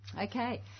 Okay